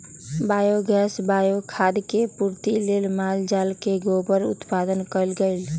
biogas, bio खाद के पूर्ति लेल माल जाल से गोबर उत्पादन कएल गेल